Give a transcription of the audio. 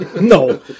No